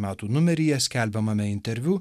metų numeryje skelbiamame interviu